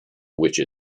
which